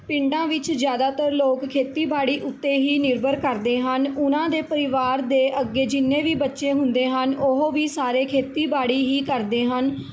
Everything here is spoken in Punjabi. ਪਿੰਡਾਂ ਵਿੱਚ ਜ਼ਿਆਦਾਤਰ ਲੋਕ ਖੇਤੀਬਾੜੀ ਉੱਤੇ ਹੀ ਨਿਰਭਰ ਕਰਦੇ ਹਨ ਉਨਾਂ ਦੇ ਪਰਿਵਾਰ ਦੇ ਅੱਗੇ ਜਿੰਨੇ ਵੀ ਬੱਚੇ ਹੁੰਦੇ ਹਨ ਉਹ ਵੀ ਸਾਰੇ ਖੇਤੀਬਾੜੀ ਹੀ ਕਰਦੇ ਹਨ